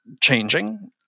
changing